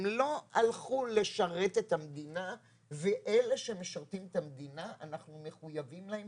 הם לא הלכו לשרת את המדינה ואלה שמשרתים את המדינה אנחנו מחויבים להם